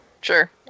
Sure